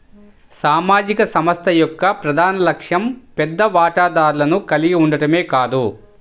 సామాజిక సంస్థ యొక్క ప్రధాన లక్ష్యం పెద్ద వాటాదారులను కలిగి ఉండటమే కాదు